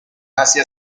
asia